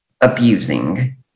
abusing